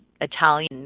Italian